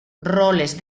roles